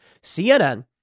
CNN